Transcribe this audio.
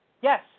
yes